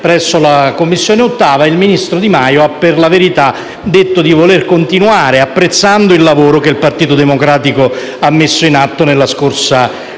presso l'8a Commissione, il ministro Di Maio ha per la verità detto di voler continuare, apprezzando il lavoro che il Partito Democratico ha messo in atto nella scorsa legislatura.